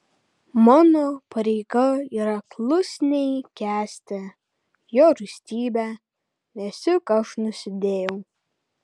mano pareiga yra klusniai kęsti jo rūstybę nes juk aš nusidėjau